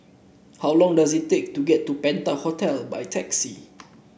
how long does it take to get to Penta Hotel by taxi